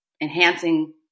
enhancing